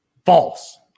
False